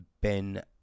Ben